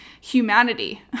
humanity